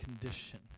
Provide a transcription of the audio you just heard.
condition